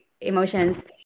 emotions